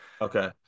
Okay